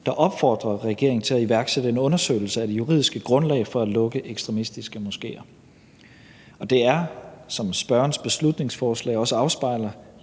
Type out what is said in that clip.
der opfordrer regeringen til at iværksætte en undersøgelse af det juridiske grundlag for at lukke ekstremistiske moskéer. Og det er, som spørgerens beslutningsforslag også afspejler,